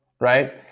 right